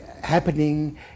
happening